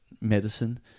medicine